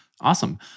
Awesome